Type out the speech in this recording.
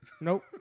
Nope